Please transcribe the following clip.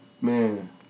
man